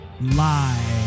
live